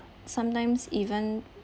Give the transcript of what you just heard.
sometimes even